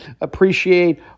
Appreciate